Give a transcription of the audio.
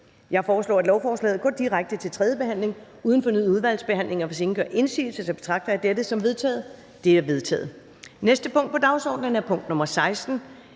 Jeg foreslår, at lovforslaget går direkte til tredje behandling uden fornyet udvalgsbehandling. Hvis ingen gør indsigelse, betragter jeg dette som vedtaget. Det er vedtaget. --- Det næste punkt på dagsordenen er: 21) 2.